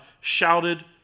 shouted